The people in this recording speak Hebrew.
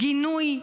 גינוי,